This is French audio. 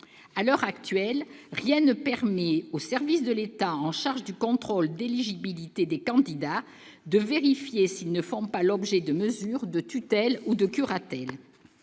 À l'heure actuelle, rien ne permet aux services de l'État en charge du contrôle d'éligibilité des candidats de vérifier s'ils ne font pas l'objet de mesures de tutelle ou de curatelle.